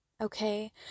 okay